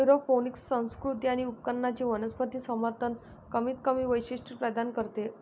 aeroponic संस्कृती आणि उपकरणांचे वनस्पती समर्थन कमीतकमी वैशिष्ट्ये प्रदान करते